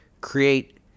create